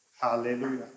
Hallelujah